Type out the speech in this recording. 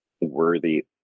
worthy